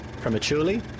prematurely